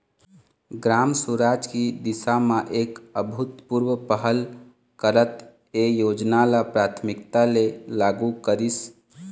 ग्राम सुराज की दिशा म एक अभूतपूर्व पहल करत ए योजना ल प्राथमिकता ले लागू करिस